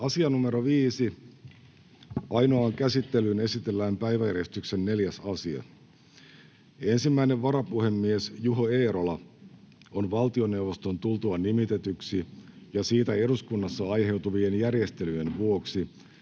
N/A Content: Ainoaan käsittelyyn esitellään päiväjärjestyksen 4. asia. Ensimmäinen varapuhemies Juho Eerola on valtioneuvoston tultua nimitetyksi ja siitä eduskunnassa aiheutuvien järjestelyjen vuoksi